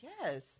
Yes